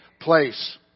place